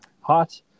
hot